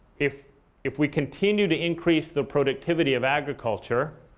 if if we continue to increase the productivity of agriculture,